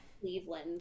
Cleveland